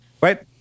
Right